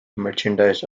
merchandise